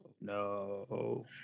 No